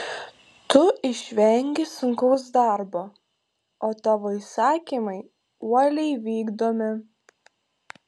tu išvengi sunkaus darbo o tavo įsakymai uoliai vykdomi